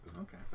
Okay